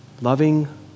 loving